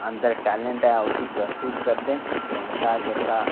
अदंर talent है उसी प्रसुत्त करदे ना ते उंदा जेह्का